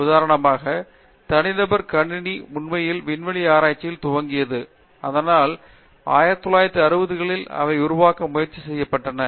உதாரணமாக தனிநபர் கணினி உண்மையில் விண்வெளி ஆராய்ச்சியில் துவங்கியது அதனால் 1960 களில் அவை உருவாக்க முயற்சி செய்யப்பட்டன